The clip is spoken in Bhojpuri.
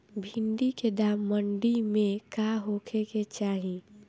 भिन्डी के दाम मंडी मे का होखे के चाही?